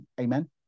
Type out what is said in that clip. Amen